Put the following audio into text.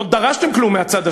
לא דרשתם כלום מהצד השני,